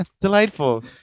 Delightful